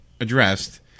addressed